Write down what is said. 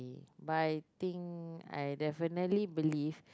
but I think I definitely believe